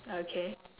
okay